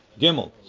Gimel